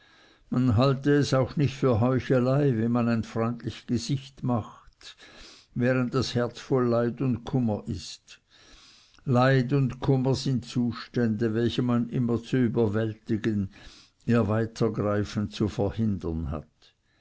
man halte es auch nicht für heuchelei wenn man ein freundlich gesicht mache während das herz voll leid und kummer ist leid und kummer sind zustände welche man immer zu überwältigen ihr weitergreifen zu verhindern hat